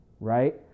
right